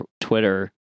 Twitter